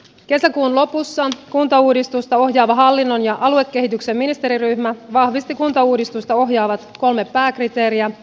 kesäkuun lopussa kuntauudistusta ohjaava hallinnon ja aluekehityksen ministeriryhmä vahvisti kuntauudistusta ohjaavat kolme pääkriteeriä